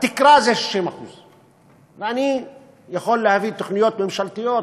התקרה זה 60%. ואני יכול להביא תוכניות ממשלתיות,